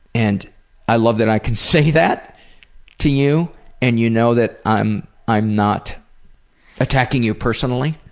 and i love that i can say that to you and you know that i'm i'm not attacking you personally.